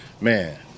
man